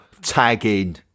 tagging